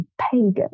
pagan